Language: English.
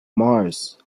mars